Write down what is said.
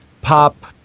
pop